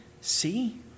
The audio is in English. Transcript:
see